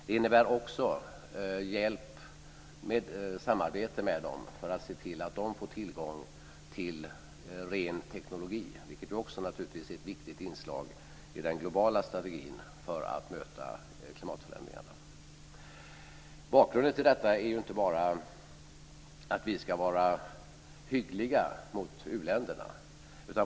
Det innebär också samarbete med dem för att se till att de får tillgång till ren teknik, vilket naturligtvis också är ett viktigt inslag i den globala strategin för att möta klimatförändringarna. Bakgrunden till detta är inte bara att vi ska vara hyggliga mot u-länderna.